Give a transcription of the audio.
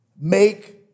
make